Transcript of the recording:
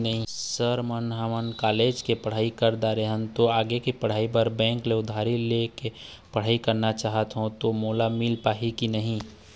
Sir म ह college के पढ़ाई कर दारें हों ता आगे के पढ़ाई बर बैंक ले उधारी ले के पढ़ाई करना चाहत हों ता मोला मील पाही की नहीं?